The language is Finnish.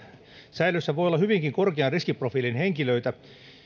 säilössä voi olla hyvinkin korkean riskiprofiilin henkilöitä